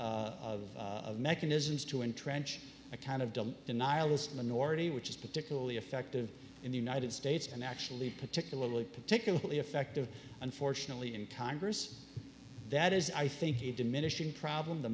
of mechanisms to entrench a kind of denial minority which is particularly effective in the united states and actually particularly particularly effective unfortunately in congress that is i think a diminishing problem the